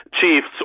Chiefs